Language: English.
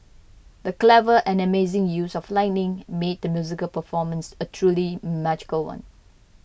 the clever and amazing use of lighting made the musical performance a truly magical one